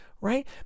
Right